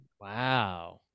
Wow